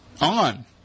on